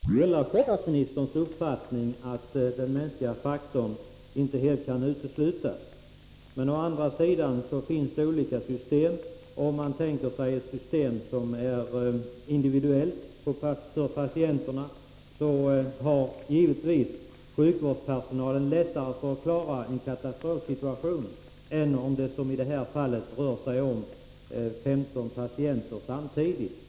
Herr talman! Jag kan dela sjukvårdsministerns uppfattning att den mänskliga faktorn inte helt kan elimineras. Det finns emellertid flera möjliga system. Om man tänker sig ett för patienterna individuellt system, så har givetvis sjukvårdspersonalen lättare att klara en katastrofsituation än om det, som i det här fallet, rör sig om femton patienter samtidigt.